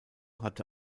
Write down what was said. hatte